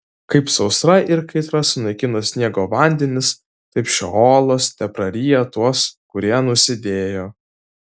kaip sausra ir kaitra sunaikina sniego vandenis taip šeolas tepraryja tuos kurie nusidėjo